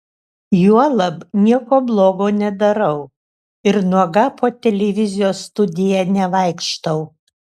juolab nieko blogo nedarau ir nuoga po televizijos studiją nevaikštau